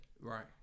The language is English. Right